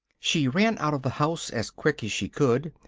she ran out of the house as quick as she could,